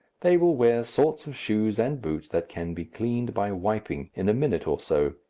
they will wear sorts of shoes and boots that can be cleaned by wiping in a minute or so.